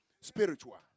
Spiritual